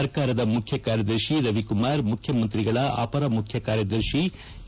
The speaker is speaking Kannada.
ಸರ್ಕಾರದ ಮುಖ್ಯ ಕಾರ್ಯದರ್ಶಿ ರವಿಕುಮಾರ್ ಮುಖ್ಯಮಂತ್ರಿಗಳ ಅಪರ ಮುಖ್ಯ ಕಾರ್ಯದರ್ಶಿ ಇ